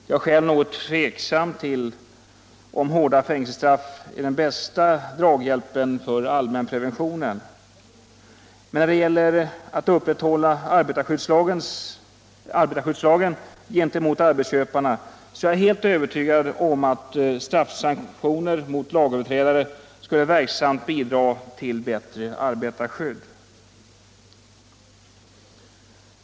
Jag är själv något tveksam till om hårda fängelsestraff är den bästa draghjälpen för allrnänpreventionen, men när det gäller att upprätthålla arbetarskyddslagen gentemot arbetsköparna så är jag helt övertygad om att straffsanktioner mot lagöverträdare skulle verksamt bidra till bättre arbetarskydd.